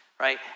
right